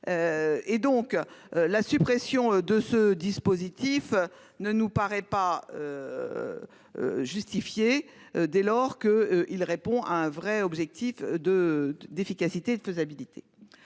La suppression d'un tel dispositif ne nous paraît pas justifiée dès lors que celui-ci répond à un vrai objectif d'efficacité et de faisabilité.